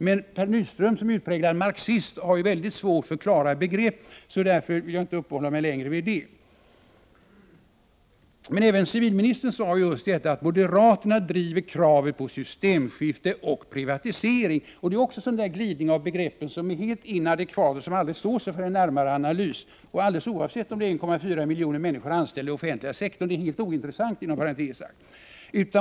Men Per Nyström som utpräglad marxist har mycket svårt för klara begrepp, så därför vill jag inte uppehålla mig längre vid det. Men även civilministern sade att moderaterna driver kravet på systemskifte och privatisering. Det är också en sådan där glidning i begreppen som är helt inadekvat och som aldrig står sig vid en närmare analys. Alldeles oavsett att det är 1,4 miljoner människor anställda i den offentliga sektorn är det ett helt ointressant uttalande.